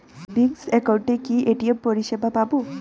Savings একাউন্টে কি ATM পরিসেবা পাব?